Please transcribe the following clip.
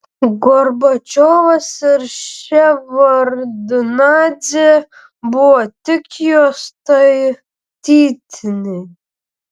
gorbačiovas ir ševardnadzė buvo tik jo statytiniai